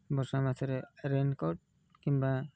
ବର୍ଷା ମାଛରେ ରେନ୍କୋଟ୍ କିମ୍ବା